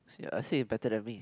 see uh see it better than me